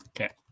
Okay